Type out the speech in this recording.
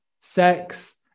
sex